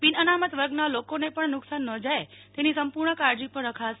બિન અનામત વર્ગના લોકોને પણ નુકસાન ન જાય તેની સંપૂર્ણ કાળજી પણ રખાશે